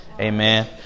Amen